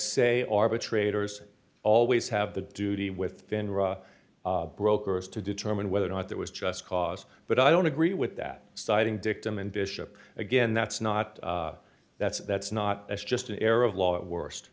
say arbitrators always have the duty with brokers to determine whether or not there was just cause but i don't agree with that citing dictum and bishop again that's not that's that's not that's just an error of law at worst